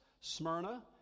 Smyrna